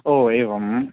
हो एवं